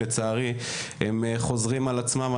לצערי, הם חוזרים על עצמם.